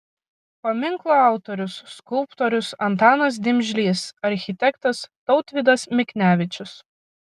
paminklo autorius skulptorius antanas dimžlys architektas tautvydas miknevičius